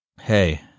hey